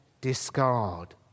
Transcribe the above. discard